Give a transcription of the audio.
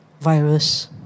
virus